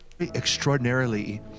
extraordinarily